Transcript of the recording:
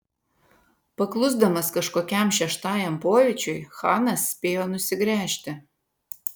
paklusdamas kažkokiam šeštajam pojūčiui chanas spėjo nusigręžti